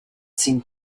seemed